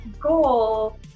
goal